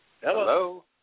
Hello